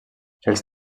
els